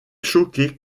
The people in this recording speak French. choquée